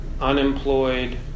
unemployed